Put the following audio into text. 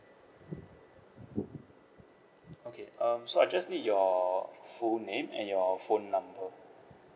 okay um so I just need your full name and your phone number